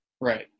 Right